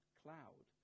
cloud